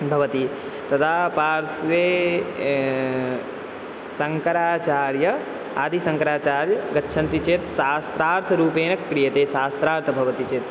भवति तदा पार्श्वे शङ्कराचार्यः आदिशङ्कराचार्यः गच्छन्ति चेत् शास्त्रार्थरूपेण क्रियते शास्त्रार्थं भवति चेत्